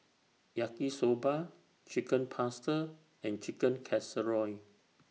Yaki Soba Chicken Pasta and Chicken Casserole